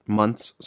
month's